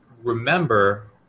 remember